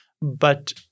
but-